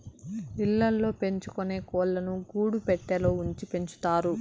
ఇళ్ళ ల్లో పెంచుకొనే కోళ్ళను గూడు పెట్టలో ఉంచి పెంచుతారు